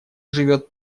живет